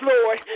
Lord